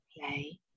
play